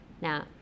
Now